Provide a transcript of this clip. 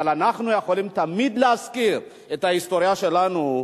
אבל אנחנו יכולים תמיד להזכיר את ההיסטוריה שלנו,